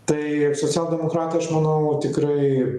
tai socialdemokratai aš manau tikrai